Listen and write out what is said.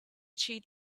cheat